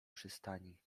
przystani